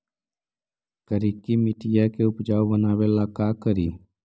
करिकी मिट्टियां के उपजाऊ बनावे ला का करी?